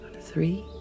three